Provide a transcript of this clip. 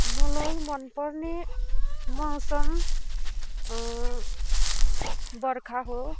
मलाई मनपर्ने मौसम बर्खा हो